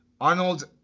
Arnold